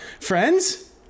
Friends